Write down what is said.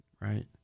Right